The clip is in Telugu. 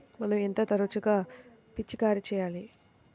మనం ఎంత తరచుగా పిచికారీ చేయాలి?